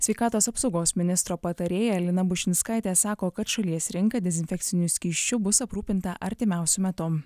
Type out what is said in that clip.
sveikatos apsaugos ministro patarėja lina bušinskaitė sako kad šalies rinką dezinfekciniu skysčiu bus aprūpinta artimiausiu metu